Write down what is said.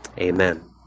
amen